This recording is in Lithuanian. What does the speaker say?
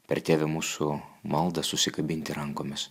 per tėve mūsų maldą susikabinti rankomis